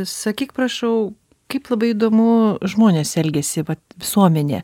sakyk prašau kaip labai įdomu žmonės elgiasi vat visuomenė